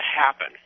happen